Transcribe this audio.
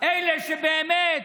אלה שבאמת